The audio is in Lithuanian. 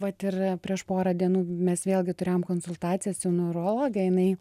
vat ir prieš porą dienų mes vėlgi turėjome konsultacijas su neurologe jinai